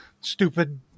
stupid